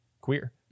queer